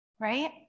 right